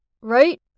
right